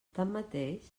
tanmateix